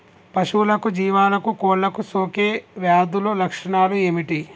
పశువులకు జీవాలకు కోళ్ళకు సోకే వ్యాధుల లక్షణాలు ఏమిటి?